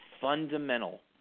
fundamental